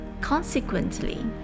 Consequently